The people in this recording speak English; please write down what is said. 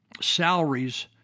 salaries